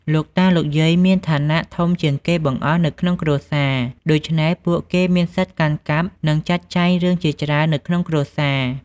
លោកតា លោកយាយមានឋានៈធំជាងគេបង្អស់នៅក្នុងគ្រួសារ ដូច្នេះពួកគេមានសិទ្ធកាន់កាប់ និងចាត់ចែងរឿងជាច្រើននៅក្នុងគ្រួសារ។